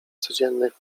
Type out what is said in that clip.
codziennych